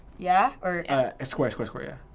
yeah, or. ah square, square, square.